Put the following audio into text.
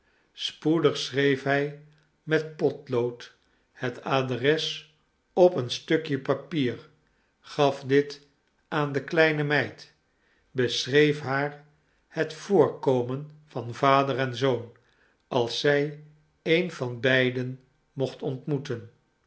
spoedig schreef hij met potlood het adres op een stukje papier gaf dit aan de kleine meid beschreef haar het voorkomen van vader en zoon als zij een van beiden mocht ontmoeten